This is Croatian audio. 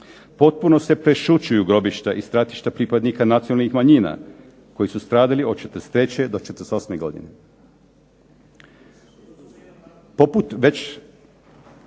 Potpuno se prešućuju grobišta i stratišta pripadnika nacionalnih manjina koji su stradali od '43. do '48. godine,